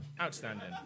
Outstanding